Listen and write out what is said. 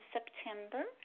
September